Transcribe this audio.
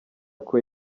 kwe